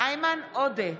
איימן עודה,